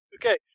okay